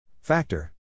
Factor